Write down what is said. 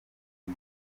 ubu